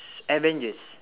avengers